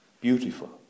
beautiful